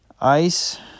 Ice